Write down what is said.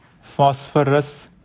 phosphorus